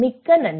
மிக்க நன்றி